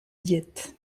diète